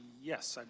yes. i